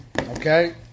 Okay